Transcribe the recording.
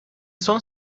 son